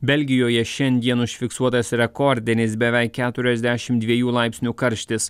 belgijoje šiandien užfiksuotas rekordinis beveik keturiasdešimt dviejų laipsnių karštis